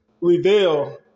reveal